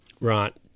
Right